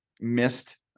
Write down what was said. missed